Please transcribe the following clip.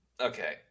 Okay